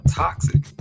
toxic